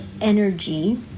energy